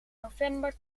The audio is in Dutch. november